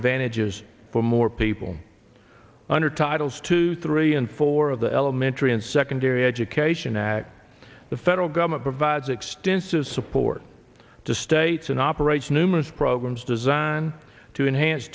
advantages for more people under titles two three and four of the elementary and secondary education act the federal government provides extensive support to states and operates numerous programs designed to enhance